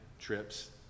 trips